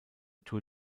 tour